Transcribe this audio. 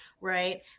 right